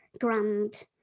grand